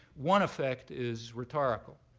one effect is rhetorical.